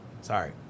sorry